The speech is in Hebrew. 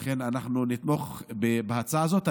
לכן אנחנו נתמוך בהצעה הזאת.